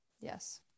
yes